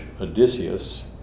Odysseus